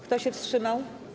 Kto się wstrzymał?